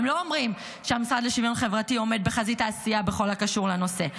הם לא אומרים שהמשרד לשוויון חברתי עומד בחזית העשייה בכל הקשור לנושא,